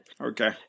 Okay